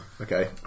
Okay